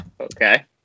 Okay